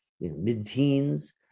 mid-teens